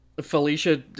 felicia